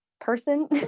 person